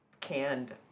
canned